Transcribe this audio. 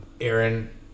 Aaron